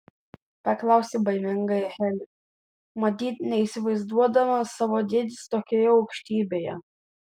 paklausė baimingai heli matyt neįsivaizduodama savo dėdės tokioje aukštybėje